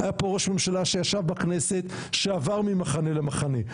היה פה ראש ממשלה שישב בכנסת שעבר ממחנה למחנה,